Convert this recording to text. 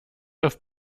auf